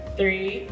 three